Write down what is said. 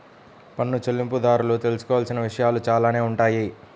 పన్ను చెల్లింపుదారులు తెలుసుకోవాల్సిన విషయాలు చాలానే ఉంటాయి